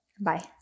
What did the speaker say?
bye